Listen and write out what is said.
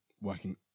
working